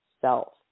self